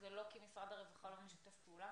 זה לא כי משרד הרווחה לא משתף פעולה.